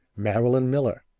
marilyn miller,